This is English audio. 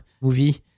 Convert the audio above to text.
movie